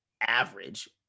average